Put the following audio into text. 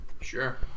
Sure